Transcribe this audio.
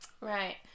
right